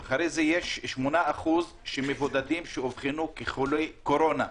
יש 8% שהם מבודדים שאובחנו כחולי קורונה,